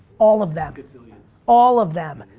all of them. gazillion. all of them.